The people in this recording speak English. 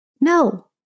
No